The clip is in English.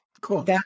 Cool